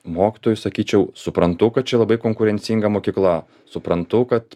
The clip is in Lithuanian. mokytojui sakyčiau suprantu kad čia labai konkurencinga mokykla suprantu kad